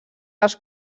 els